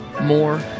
more